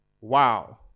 Wow